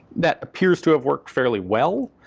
that appears to have worked fairly well,